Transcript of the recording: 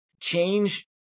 change